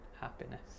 happiness